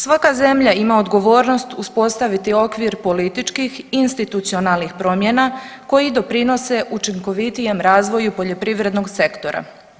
Svaka zemlja ima odgovornost uspostaviti okvir političkih institucionalnih promjena koji doprinose učinkovitijem razvoju poljoprivrednog sektora.